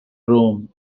rome